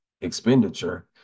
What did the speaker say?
expenditure